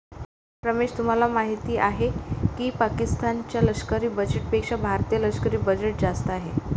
रमेश तुम्हाला माहिती आहे की पाकिस्तान च्या लष्करी बजेटपेक्षा भारतीय लष्करी बजेट जास्त आहे